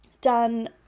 done